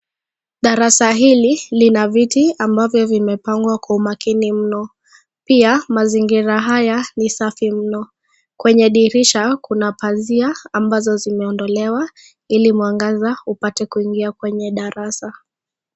Darasa hili lina viti ambavyo vimepangwa kwa umakini mno. Pia mazingira haya ni safi mno. Kwenye dirisha kuna pazia ambazo zimeondolewa ili mwangaza upate kuingia kwenye darasa.